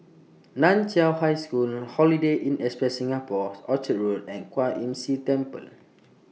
NAN Chiau High School Holiday Inn Express Singapore Orchard Road and Kwan Imm See Temple